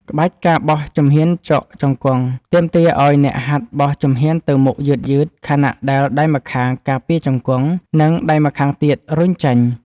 ក្បាច់ ការបោះជំហានជក់ជង្គង់ ទាមទារឱ្យអ្នកហាត់បោះជំហានទៅមុខយឺតៗ ខណៈដែលដៃម្ខាងការពារជង្គង់ និងដៃម្ខាងទៀតរុញចេញ។